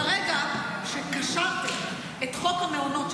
ברגע שקשרתם את חוק המעונות,